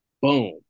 Boom